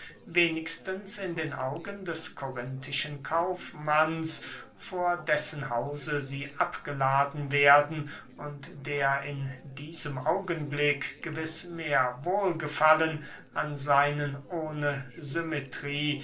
wenigstens in den augen des korinthischen kaufmanns vor dessen hause sie abgeladen werden und der in diesem augenblick gewiß mehr wohlgefallen an seinen ohne symmetrie